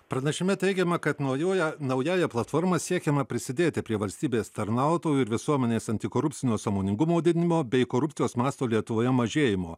pranešime teigiama kad naujuoja naująja platforma siekiama prisidėti prie valstybės tarnautojų ir visuomenės antikorupcinio sąmoningumo didinimo bei korupcijos masto lietuvoje mažėjimo